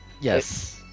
Yes